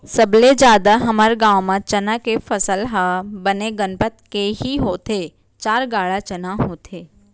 सबले जादा हमर गांव म चना के फसल ह बने गनपत के ही होथे चार गाड़ा चना होथे